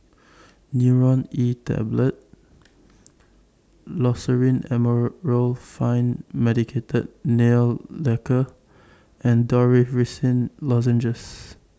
Nurogen E Tablet Loceryl Amorolfine Medicated Nail Lacquer and Dorithricin Lozenges